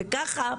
וככה,